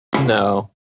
No